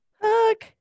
Hook